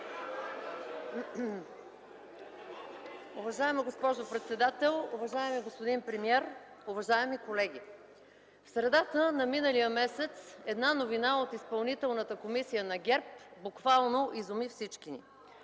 Уважаема госпожо председател, уважаеми господин премиер, уважаеми колеги! В средата на миналия месец една новина от Изпълнителната комисия на ГЕРБ буквално изуми всички ни